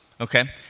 okay